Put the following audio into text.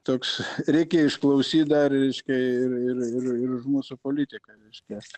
toks reikia išklausyt dar reiškia ir ir ir ir už mūsų politiką reiškia